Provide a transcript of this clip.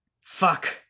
fuck